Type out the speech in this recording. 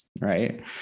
Right